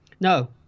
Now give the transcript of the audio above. No